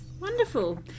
Wonderful